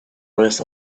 rest